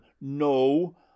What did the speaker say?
no